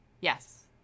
Yes